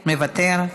מוותר,